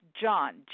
John